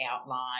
outline